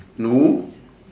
no